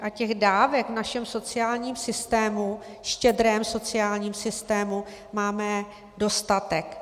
A těch dávek v našem sociálním systému, štědrém sociálním systému, máme dostatek.